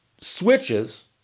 switches